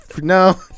No